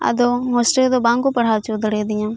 ᱟᱫᱚ ᱦᱳᱥᱴᱮᱞ ᱨᱮᱫᱚ ᱵᱟᱝ ᱠᱚ ᱯᱟᱲᱦᱟᱣ ᱚᱪᱚ ᱫᱟᱲᱮᱭᱟᱫᱤᱧᱟ